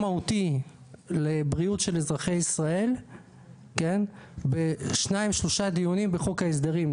מהותי של בריאות של אזרחי ישראל בשניים-שלושה דיונים בחוק ההסדרים.